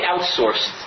outsourced